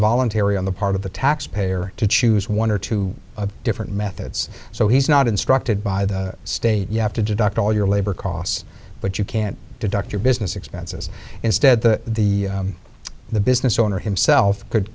voluntary on the part of the taxpayer to choose one or two different methods so he's not instructed by the state you have to deduct all your labor costs but you can't deduct your business expenses instead the the the business owner himself could